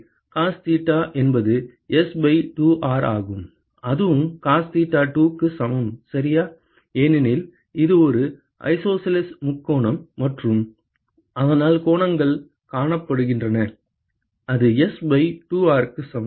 எனவே cos theta என்பது S by 2R ஆகும் அதுவும் காஸ் தீட்டா2 க்கு சமம் சரியா ஏனெனில் இது ஒரு ஐசோசெல்ஸ் முக்கோணம் மற்றும் அதனால் கோணங்கள் காணப்படுகின்றன அது S பை 2R க்கு சமம்